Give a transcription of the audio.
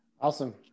Awesome